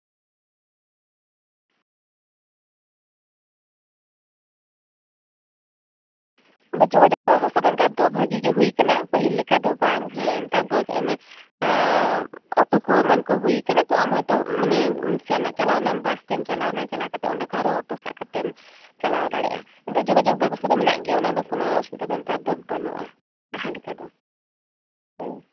ᱚᱸᱰᱮ ᱡᱳᱜᱟᱡᱳᱜᱽ ᱵᱮᱵᱚᱥᱛᱟ ᱫᱚ ᱱᱮᱛᱟᱨ ᱫᱚ ᱵᱷᱟᱜᱮ ᱜᱮ ᱦᱩᱭᱟᱠᱟᱱᱟ ᱯᱟᱹᱦᱤᱞ ᱞᱮᱠᱟ ᱫᱚ ᱵᱟᱝ ᱦᱮᱸ ᱱᱮᱛᱟᱨ ᱫᱚ ᱧᱮᱞ ᱢᱮ ᱚᱴᱳ ᱠᱚ ᱮᱢᱟᱱ ᱠᱚ ᱦᱩᱭᱟᱠᱟᱱᱟ ᱟᱢ ᱦᱚᱭᱛᱳ ᱪᱟᱞᱟᱣᱮᱱᱟᱢ ᱵᱟᱥᱛᱮᱢ ᱪᱟᱞᱟᱣᱮᱱᱟ ᱚᱸᱰᱮ ᱠᱷᱚᱱᱟᱜ ᱟᱨᱚ ᱚᱴᱳ ᱥᱟᱵ ᱠᱟᱛᱮᱢ ᱪᱟᱞᱟᱣ ᱫᱟᱲᱮᱭᱟᱜᱼᱟ ᱡᱳᱜᱟᱡᱳᱜᱽ ᱵᱮᱵᱚᱥᱛᱟ ᱫᱚ ᱢᱮᱱᱟᱜ ᱜᱮᱭᱟ ᱚᱱᱟᱫᱚ ᱠᱚᱱᱳ ᱚᱥᱩᱵᱤᱛ ᱫᱚ ᱱᱮᱛᱟᱨ ᱫᱚ ᱵᱟᱹᱱᱩᱜᱼᱟ ᱞᱟᱦᱟ ᱞᱮᱠᱟ ᱫᱚ ᱦᱩᱸ